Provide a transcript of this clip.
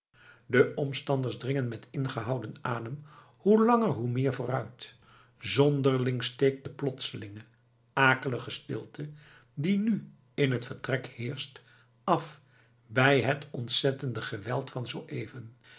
de omstanders dringen met ingehouden adem hoe langer hoe meer vooruit zonderling steekt de plotselinge akelige stilte die nu in het vertrek heerscht af bij het ontzettende geweld van zoo even